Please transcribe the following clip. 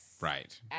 right